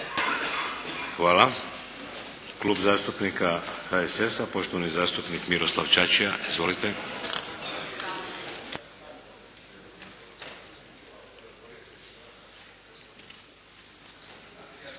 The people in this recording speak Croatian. Hvala. Klub zastupnika HSS-a. Poštovani zastupnik Miroslav Čačija. Izvolite.